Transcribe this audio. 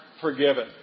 forgiven